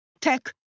tech